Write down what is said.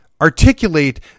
articulate